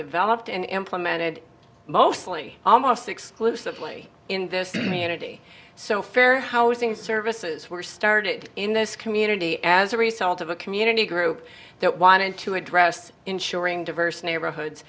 developed and implemented mostly almost exclusively in this community so fair housing services were started in this community as a result of a community group that wanted to address insuring diverse neighborhoods